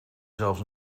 zelfs